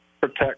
protect